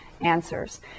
answers